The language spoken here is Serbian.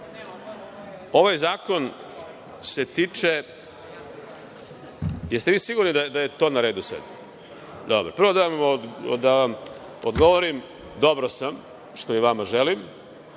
Ovaj zakon se tiče …Da li ste vi sigurni da je to na redu sada? Dobro. Prvo da vam odgovorim, dobro sam, što i vama želim. Sada